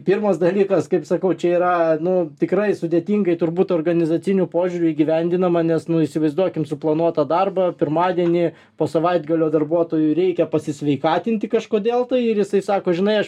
pirmas dalykas kaip sakau čia yra nu tikrai sudėtingai turbūt organizaciniu požiūriu įgyvendinama nes nu įsivaizduokim suplanuotą darbą pirmadienį po savaitgalio darbuotojui reikia pasisveikatinti kažkodėl tai ir jisai sako žinai aš